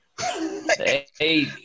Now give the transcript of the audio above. Hey